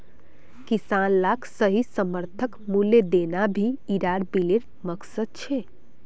किसान लाक सही समर्थन मूल्य देना भी इरा बिलेर मकसद छे